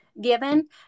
given